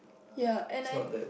ya and I